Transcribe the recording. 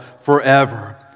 forever